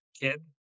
kid